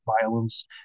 violence